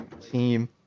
team